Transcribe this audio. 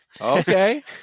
Okay